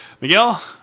Miguel